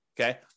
okay